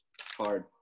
hard